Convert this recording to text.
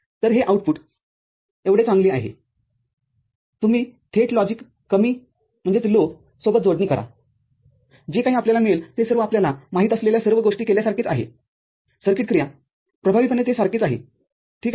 तर हे output Y एवढे चांगले आहेतुम्ही थेट लॉजिक कमी सोबत जोडणी करा जे काही आपल्याला मिळेल ते सर्व आपल्याला माहित असलेल्या सर्व गोष्टी केल्यासारखेच आहेसर्किट क्रिया प्रभावीपणे ते सारखेच आहे ठीक आहे